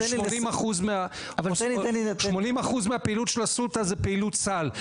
80% מהפעילות של אסותא זאת פעילות סל,